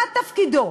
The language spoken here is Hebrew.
מה תפקידו?